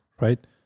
right